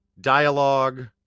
dialogue